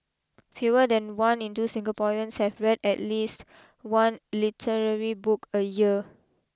fewer than one in two Singaporeans have read at least one literary book a year